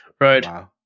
Right